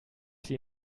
sie